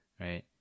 Right